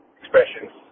expressions